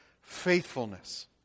faithfulness